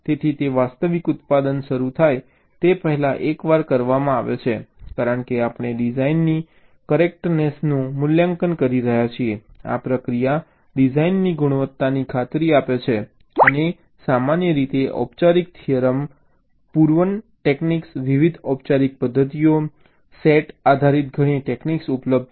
તેથી તે વાસ્તવિક ઉત્પાદન શરૂ થાય તે પહેલાં એકવાર કરવામાં આવે છે કારણ કે આપણે ડિઝાઇનની કરેક્ટનેસનું મૂલ્યાંકન કરી રહ્યા છીએ આ પ્રક્રિયા ડિઝાઇનની ગુણવત્તાની ખાતરી આપે છે અને સામાન્ય રીતે ઔપચારિક થિયરમ પ્રૂવન ટેક્નિક્સ વિવિધ ઔપચારિક પદ્ધતિઓ SAT આધારિત ઘણી ટેક્નિક્સ ઉપલબ્ધ છે